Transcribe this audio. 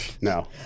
No